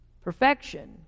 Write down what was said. Perfection